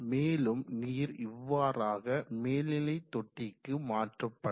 மேலும் நீர் இவ்வாறாக மேல்நிலை தொட்டிக்கு மாற்றப்படும்